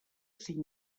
cinc